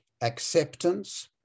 acceptance